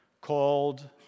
called